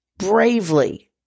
Bravely